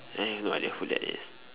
I have no idea who that is